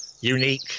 Unique